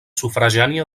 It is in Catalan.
sufragània